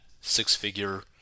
six-figure